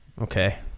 Okay